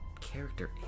character